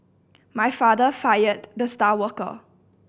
my father fired the star worker